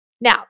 Now